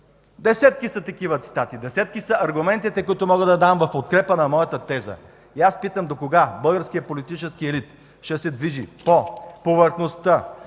Десетки са такива цитати. Десетки са аргументите, които мога да дам в подкрепа на моята теза. И аз питам: докога българският политически елит ще се движи по повърхността,